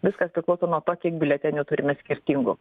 viskas priklauso nuo to kiek biuletenių turime skirtingų